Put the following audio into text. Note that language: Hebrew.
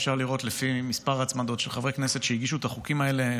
אפשר לראות לפי מספר ההצמדות של חברי הכנסת שהגישו את החוקים האלה,